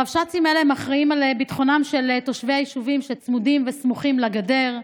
הרבש"צים האלה אחראים לביטחונם של תושבי היישובים שצמודים וסמוכים לגדר.